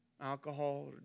Alcohol